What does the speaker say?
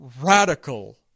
radical